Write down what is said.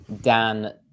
Dan